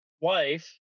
wife